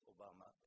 Obama